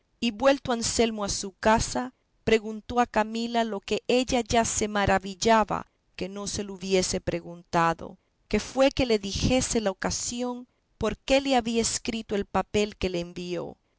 y vuelto anselmo a su casa preguntó a camila lo que ella ya se maravillaba que no se lo hubiese preguntado que fue que le dijese la ocasión por que le había escrito el papel que le envió